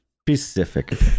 Specific